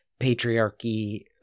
patriarchy